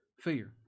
fear